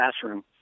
classroom